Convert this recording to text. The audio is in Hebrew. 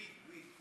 סוִיד.